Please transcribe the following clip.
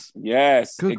Yes